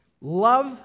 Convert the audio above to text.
Love